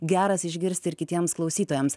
geras išgirsti ir kitiems klausytojams